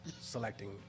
selecting